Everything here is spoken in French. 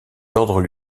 ordres